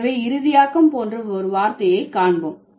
எனவே இறுதியாக்கம் போன்ற ஒரு வார்த்தையைக்காண்போம்